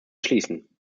schließen